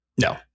no